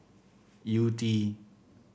Yew Tee